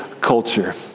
culture